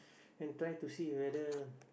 and try to see whether